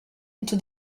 into